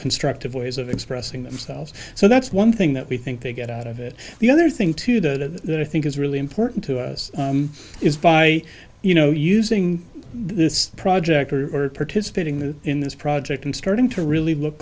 structive ways of expressing themselves so that's one thing that we think they get out of it the other thing too that i think is really important to us is by you know using this project or participating in this project and starting to really look